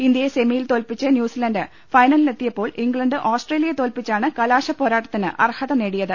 ഇന്ത്യയെ സെമിയിൽ തോൽപ്പിച്ച് ന്യൂസിലണ്ട് ഫൈനലിലെത്തിയപ്പോൾ ഇംഗ്ലണ്ട് ഓസ്ട്രേലിയയെ തോൽപ്പിച്ചാണ് കലാശപ്പോരാട്ടത്തിന് അർഹത നേടിയത്